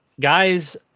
guys